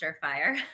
fire